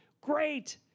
Great